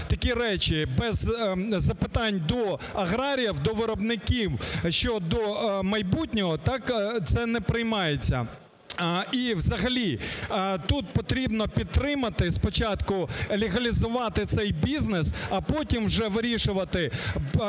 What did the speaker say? такі речі, без запитань до аграріїв, до виробників щодо майбутнього – так? – це не приймається. І взагалі, тут потрібно підтримати, спочатку легалізувати цей бізнес, а потім вже вирішувати,